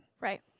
right